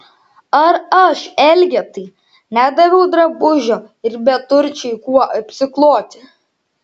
ar aš elgetai nedaviau drabužio ir beturčiui kuo apsikloti